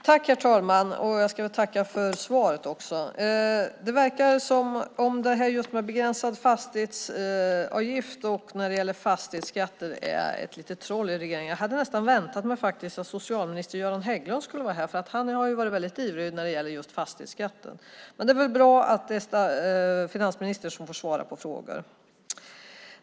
Herr talman! Jag ska väl tacka för svaret. Det verkar som om just det här med begränsad fastighetsavgift och fastighetsskatter är ett litet troll i regeringen. Jag hade faktiskt nästan väntat mig att socialminister Göran Hägglund skulle vara här. Han har ju varit väldigt ivrig när det gäller just fastighetsskatten, men det är väl bra att det är finansministern som får svara på frågor.